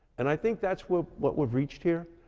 and i think that's what what we've reached here.